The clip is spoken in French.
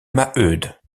maheude